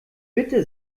bitte